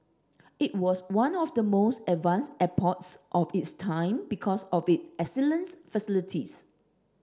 it was one of the most advanced airports of its time because of it excellence facilities